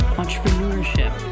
entrepreneurship